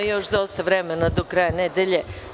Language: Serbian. Ima još dosta vremena do kraja nedelje.